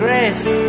Grace